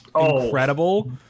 incredible